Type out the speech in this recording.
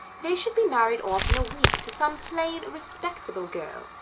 they should be married off in a week to some plain respectable girl,